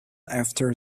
after